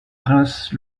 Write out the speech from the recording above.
prince